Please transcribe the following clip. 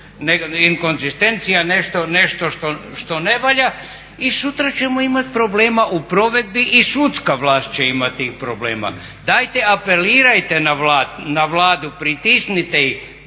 nešto što ne valja i sutra ćemo imati problema u provedbi i sudska vlast će imati tih problema. Dajte apelirajte na Vladu, pritisnite ih